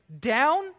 down